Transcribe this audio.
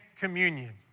communion